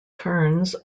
terns